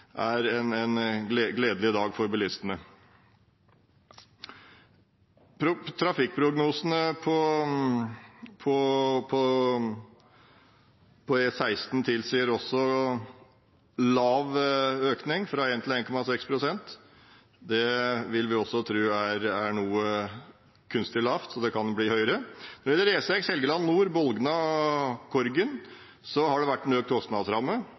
gledelig dag for bilistene. Trafikkprognosene på E16 tilsier også lav økning – 1–1,6 pst. Det vil vi også tro er noe kunstig lavt, så det kan bli høyere. Når det gjelder E6 Helgeland nord – Bolna–Korgen – har det vært en økt kostnadsramme,